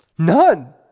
None